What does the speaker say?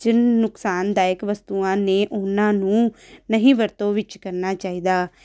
'ਚ ਨੁਕਸਾਨਦਾਇਕ ਵਸਤੂਆਂ ਨੇ ਉਨ੍ਹਾਂ ਨੂੰ ਨਹੀਂ ਵਰਤੋਂ ਵਿੱਚ ਕਰਨਾ ਚਾਹੀਦਾ